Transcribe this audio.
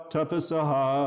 Tapasaha